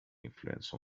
influence